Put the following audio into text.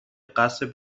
قصد